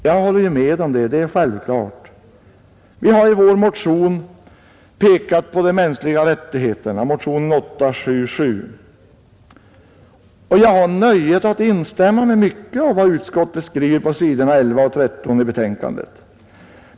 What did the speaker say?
Jag håller med om det. Det är självklart. Vi har i vår motion, nr 877, pekat på de mänskliga rättigheterna. Jag har nöjet att instämma i mycket av vad utskottet skriver på s. 11—13 i betänkandet.